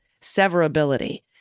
severability